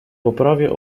poprawia